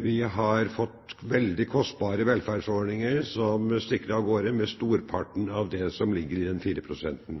Vi har fått veldig kostbare velferdsordninger som stikker av gårde med storparten av det som ligger i fireprosenten.